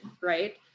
right